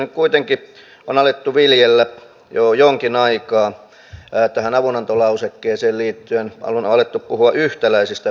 nyt kuitenkin jo jonkin aikaa tähän avunantolausekkeeseen liittyen on alettu puhua yhtäläisistä velvollisuuksista